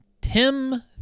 Tim